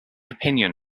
opinion